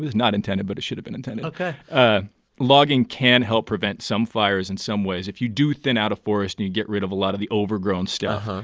not intended, but it should've been intended ok logging can help prevent some fires in some ways, if you do thin out a forest and you get rid of a lot of the overgrown stuff.